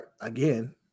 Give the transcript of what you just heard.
again